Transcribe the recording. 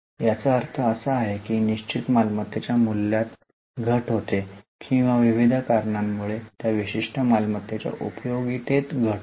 याचा अर्थ असा आहे की ही निश्चित मालमत्त्तेच्या मूल्यात घट होते किंवा विविध कारणांमुळे त्या विशिष्ट मालमत्त्तेच्या उपयोगितेत घट होते